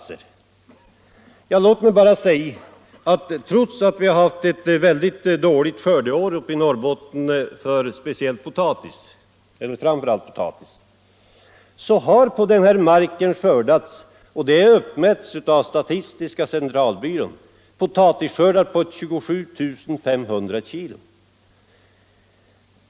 Låt mig till det bara säga att trots att vi haft ett mycket dåligt skördeår i Norrbotten, framför allt för potatis, har man på denna mark, enligt statistiska centralbyråns uppgifter, fått potatisskördar på 27 500 kg per har.